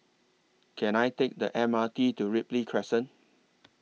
Can I Take The M R T to Ripley Crescent